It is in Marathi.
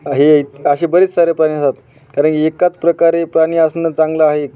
हे असे बरेच सारे प्राणी असतात कारण की एकाच प्रकारे प्राणी असणं चांगलं आहे